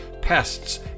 pests